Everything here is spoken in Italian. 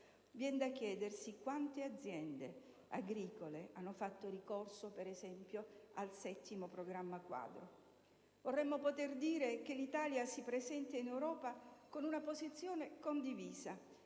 Viene da chiedersi: quante aziende agricole hanno fatto ricorso, ad esempio, al VII programma quadro? Vorremmo poter dire che l'Italia si presenta in Europa con una posizione condivisa,